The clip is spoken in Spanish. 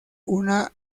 una